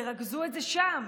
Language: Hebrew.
ותרכזו את זה שם.